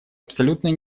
абсолютной